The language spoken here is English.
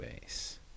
base